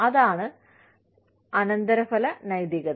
അതാണ് അനന്തരഫല നൈതികത